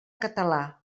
català